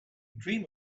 dream